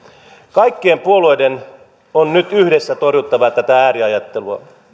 kaikkien puolueiden on nyt yhdessä torjuttava tätä ääriajattelua